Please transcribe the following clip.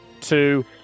two